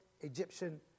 Egyptian